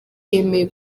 yemeye